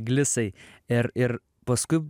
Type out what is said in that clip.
glisai ir ir paskui